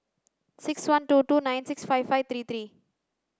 six one two two nine six five five three three